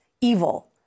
evil